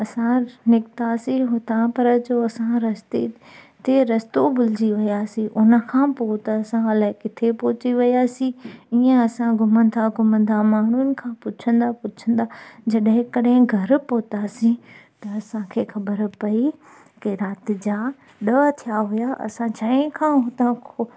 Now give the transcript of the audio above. असां निकितासीं हुतां पर जो असां रस्ते ते रस्तो भुलिजी वियासीं उनखां पोइ त असां अलाए किथे पहुची वियासीं ईंअ असां घुमंदा घुमंदा माण्हुनि खां पुछंदा पुछंदा जॾहिं कॾहिं घरु पहुतासीं त असांखे ख़बर पई कि राति जा ॾह थिया हुआ असां छह खां हुतां खां